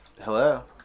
Hello